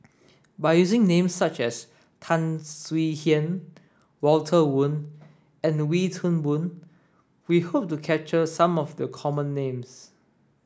by using names such as Tan Swie Hian Walter Woon and Wee Toon Boon we hope to capture some of the common names